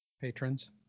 patrons